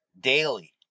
daily